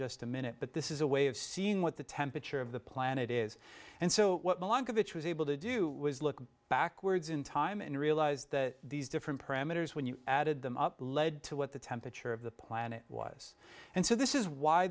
just a minute but this is a way of seeing what the temperature of the planet is and so what the long of it was able to do was look backwards in time and realize that these different parameters when you added them up lead to what the temperature of the planet was and so this is why